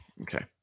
okay